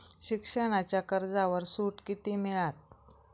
शिक्षणाच्या कर्जावर सूट किती मिळात?